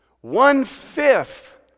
One-fifth